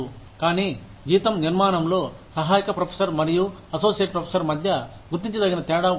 కానీ జీతం నిర్మాణంలో సహాయక ప్రొఫెసర్ మరియు అసోసియేట్ ప్రొఫెసర్ మధ్య గుర్తించదగిన తేడా ఉంది